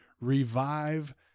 revive